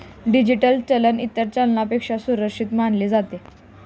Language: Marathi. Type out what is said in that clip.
डिजिटल चलन इतर चलनापेक्षा सुरक्षित मानले जाते